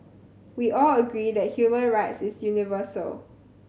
we all agree that human rights is universal